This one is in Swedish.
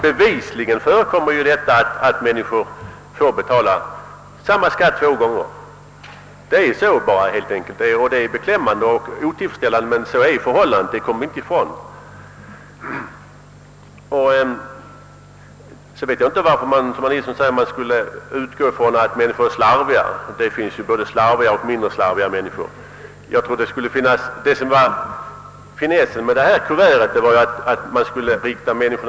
Bevisligen förekommer det emellertid att personer får betala samma skatt två gånger. Detta är beklämmande och otillfredsställande. Vi kommer helt enkelt inte ifrån att så är förhållandet. Jag vet inte varför herr Andersson i Essvik menar att vi skulle utgå från att människor är slarviga. Det finns ju både slarviga och mindre slarviga personer. Finessen med detta kuvert var att folks uppmärksamhet skulle riktas på att det är nödvändigt att spara avlöningskvittona och göra en kontroll.